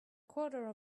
quarter